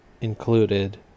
included